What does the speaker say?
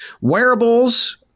wearables